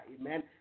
Amen